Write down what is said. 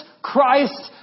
Christ